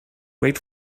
wait